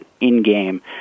in-game